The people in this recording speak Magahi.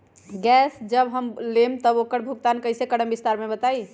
गैस जब हम लोग लेम त उकर भुगतान कइसे करम विस्तार मे बताई?